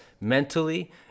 mentally